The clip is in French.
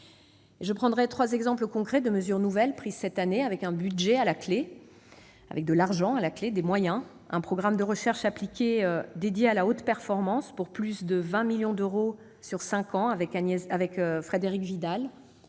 de donner trois exemples concrets de mesures nouvelles prises cette année avec un budget à la clé. Le premier est un programme de recherche appliquée dédié à la haute performance, pour plus de 20 millions d'euros sur cinq ans, avec Frédérique Vidal.